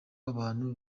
w’abantu